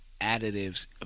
additives